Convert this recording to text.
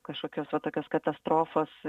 kažkokios va tokios katastrofos